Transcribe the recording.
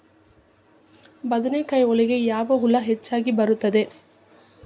ಬದನೆಕಾಯಿ ಒಳಗೆ ಯಾವ ಹುಳ ಹೆಚ್ಚಾಗಿ ಬರುತ್ತದೆ?